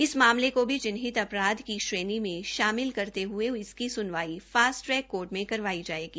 इस मामले को भी चिन्हित अपराध की श्रेणी में शामिल करते हए इसकी सुनवाई फास्ट ट्रैक कोर्ट में करवाई जाएगी